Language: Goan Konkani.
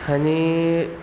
आनी